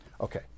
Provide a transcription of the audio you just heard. Okay